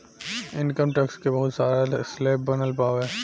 income tax के बहुत सारा स्लैब बनल बावे